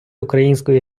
української